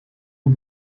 het